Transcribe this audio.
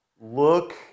Look